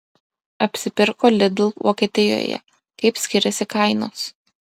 apsipirko lidl vokietijoje kaip skiriasi kainos